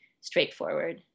straightforward